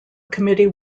committee